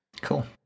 Cool